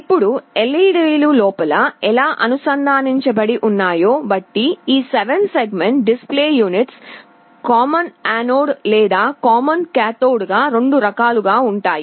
ఇప్పుడు LED లు లోపల ఎలా అనుసంధానించబడి ఉన్నాయో బట్టి ఈ 7 సెగ్మెంట్ డిస్ప్లే యూనిట్ లు కామన్ యానోడ్ లేదా కామన్ కాథోడ్ గా 2 రకాలుగా ఉంటాయి